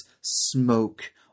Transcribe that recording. smoke